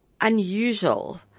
unusual